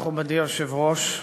מכובדי היושב-ראש,